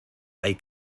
hay